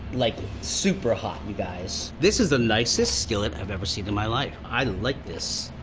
like, super hot you guys. this is the nicest skillet i've ever seen in my life. i like this.